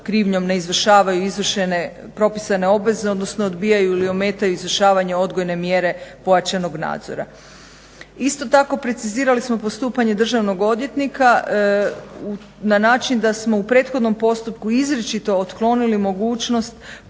krivnjom ne izvršavaju izvršene propisane obveze odnosno odbijaju ili ometaju izvršavanje odgojne mjere pojačanog nadzora. Isto tako preciziralo smo postupanje državnog odvjetnika na način da smo u prethodnom postupku izričito otklonili mogućnost